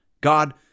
God